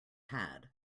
had